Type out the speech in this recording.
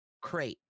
crate